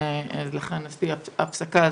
לכן עשיתי הפסקה.